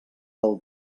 pel